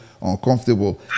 uncomfortable